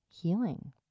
healing